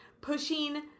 pushing